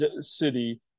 city